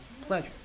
pleasure